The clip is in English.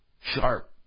Sharp